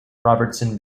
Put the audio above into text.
robertson